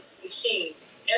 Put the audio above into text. machines